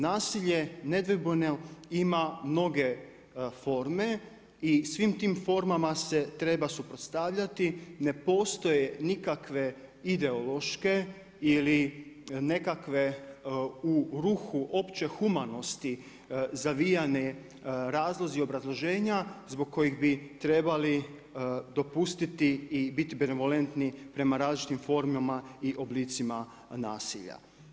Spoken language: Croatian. Nasilje nedvojbeno ime mnoge forme i svim tim formama se treba suprotstavljati, ne postoje nikakve ideološke ili nekakve u ruhu opće humanosti, zavijane, razlozi i obrazloženja, zbog kojih bi trebali dopustiti i biti … prema različitim formama i oblicima nasilja.